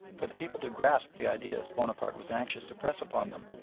for the people to grasp the ideas bonaparte was anxious to press upon them,